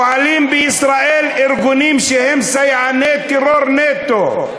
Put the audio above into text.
פועלים בישראל ארגונים שהם סייעני טרור נטו.